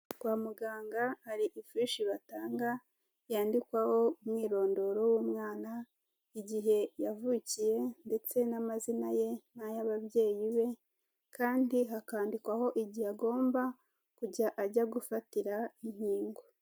Kwa muganga hari ifishi batanga yandikwaho umwirondoro w'umwana, igihe yavukiye ndetse n'amazina ye n'ay'ababyeyi be kandi hakandikwaho igihe agomba kujya ajya gufatira inkingo.